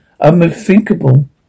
Unthinkable